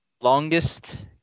Longest